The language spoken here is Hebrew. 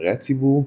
לנבחרי הציבור,